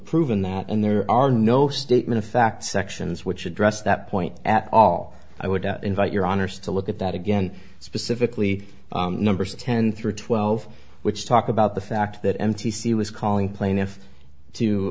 proven that and there are no statement of fact sections which address that point at all i would invite your honour's to look at that again specifically numbers ten through twelve which talk about the fact that m t c was calling plaintiff to